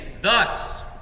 Thus